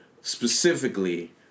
specifically